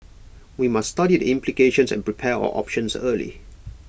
we must study the implications and prepare our options early